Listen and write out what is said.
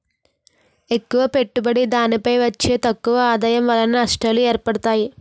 ఎక్కువ పెట్టుబడి దానిపై వచ్చే తక్కువ ఆదాయం వలన నష్టాలు ఏర్పడతాయి